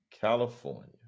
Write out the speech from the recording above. California